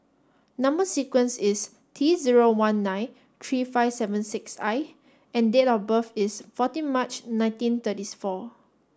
number sequence is T zero one nine three five seven six I and date of birth is fourteen March nineteen thirty four